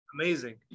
Amazing